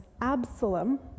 Absalom